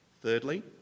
Thirdly